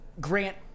grant